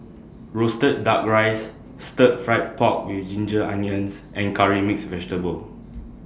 Roasted Duck Rice Stir Fried Pork with Ginger Onions and Curry Mixed Vegetable